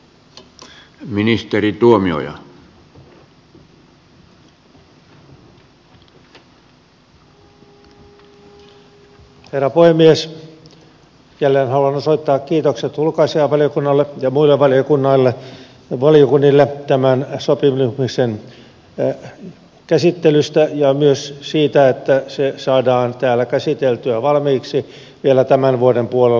jälleen haluan osoittaa kiitokset ulkoasiainvaliokunnalle ja muille valiokunnille tämän sopimuksen käsittelystä ja myös siitä että se saadaan täällä käsiteltyä valmiiksi vielä tämän vuoden puolella